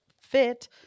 fit